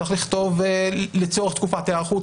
צריך לכתוב לצורך תקופת היערכות.